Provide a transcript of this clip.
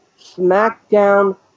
Smackdown